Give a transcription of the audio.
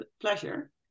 pleasure